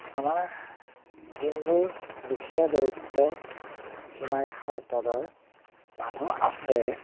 আমাৰ যিবোৰ দুখীয়া দৰিদ্ৰ সীমাৰেখাৰ তলৰ মানুহ আছে